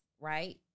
right